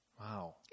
Wow